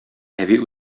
әби